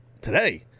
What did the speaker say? Today